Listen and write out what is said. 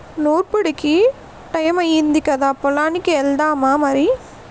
నూర్పుడికి టయమయ్యింది కదా పొలానికి ఎల్దామా మరి